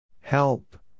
Help